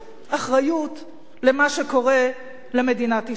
אחריות למה שקורה למדינת ישראל.